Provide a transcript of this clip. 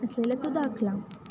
असलेला तो दाखला